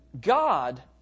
God